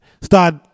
start